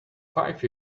five